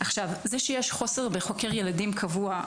זה שיש מחסור בחוקר ילדים קבוע,